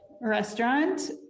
restaurant